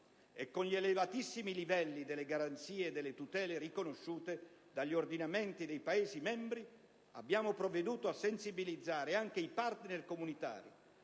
e con gli elevatissimi livelli delle garanzie e delle tutele riconosciute dagli ordinamenti di tutti i Paesi membri, abbiamo provveduto a sensibilizzare anche i partner comunitari